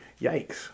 Yikes